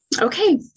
Okay